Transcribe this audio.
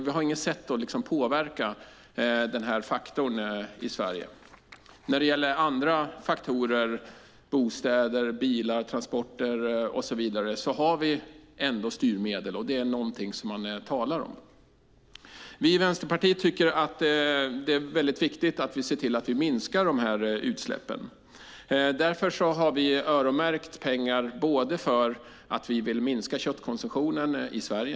Vi har liksom inget sätt att påverka den faktorn i Sverige. När det gäller andra faktorer - bostäder, bilar, transporter och så vidare - har vi ändå styrmedel, och det är någonting som man talar om. Vi i Vänsterpartiet tycker att det är viktigt att vi ser till att minska de här utsläppen. Därför har vi öronmärkt pengar för att vi vill minska köttkonsumtionen i Sverige.